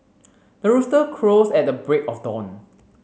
the rooster crows at the break of dawn